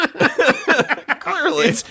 Clearly